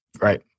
Right